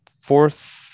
fourth